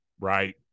right